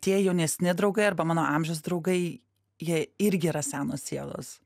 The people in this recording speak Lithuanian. tie jaunesni draugai arba mano amžiaus draugai jie irgi yra senos sielos